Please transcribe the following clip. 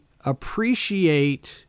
appreciate